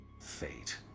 Fate